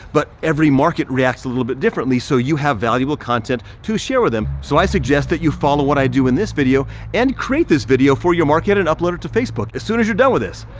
but every market reacts a little bit differently so you have valuable content to share with them. so i suggest that you follow what i do in this video and create this video for your market and upload it to facebook as soon as you're done with this.